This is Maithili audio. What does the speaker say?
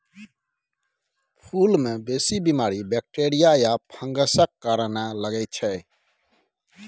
फुल मे बेसी बीमारी बैक्टीरिया या फंगसक कारणेँ लगै छै